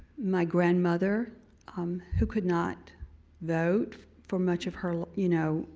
my grandmother um who could not vote for much of her you know,